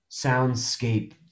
soundscape